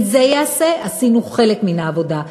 אם זה ייעשה, עשינו חלק מן העבודה.